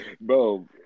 Bro